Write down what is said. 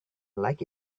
like